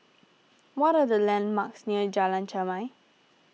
what are the landmarks near Jalan Chermai